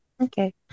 Okay